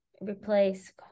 replace